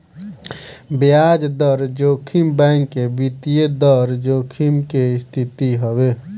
बियाज दर जोखिम बैंक के वित्तीय दर जोखिम के स्थिति हवे